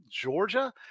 Georgia